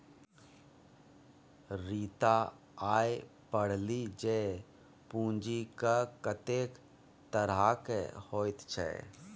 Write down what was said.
रीता आय पढ़लीह जे पूंजीक कतेक तरहकेँ होइत छै